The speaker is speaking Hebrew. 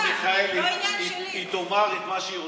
חברת הכנסת מיכאלי, היא תאמר את מה שהיא רוצה.